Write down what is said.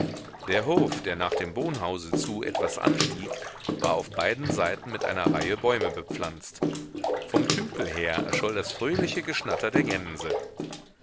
der hof der nach dem wohnhause zu etwas anstieg war auf beiden seiten mit einer reihe bäume bepflanzt vom tümpel her erscholl das fröhliche geschnatter der gänse